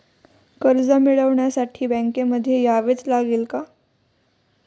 कर्ज मिळवण्यासाठी बँकेमध्ये यावेच लागेल का?